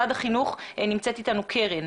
נמצאת אתנו קרן